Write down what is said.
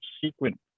sequence